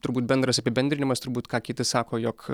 turbūt bendras apibendrinimas turbūt ką kiti sako jog